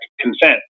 consent